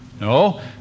No